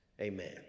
Amen